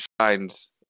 shines